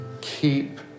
keep